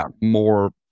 more